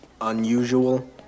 unusual